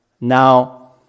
Now